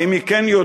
ואם היא כן יודעת,